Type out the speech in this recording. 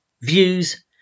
views